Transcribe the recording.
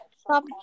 Stop